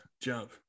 Jump